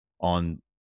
on